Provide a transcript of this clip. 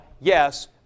yes